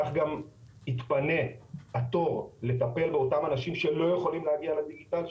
כך גם יתפנה התור לטפל באותם אנשים שלא יכולים להגיע לדיגיטל,